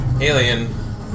alien